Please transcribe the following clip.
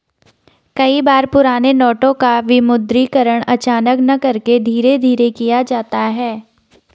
कई बार पुराने नोटों का विमुद्रीकरण अचानक न करके धीरे धीरे किया जाता है